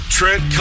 Trent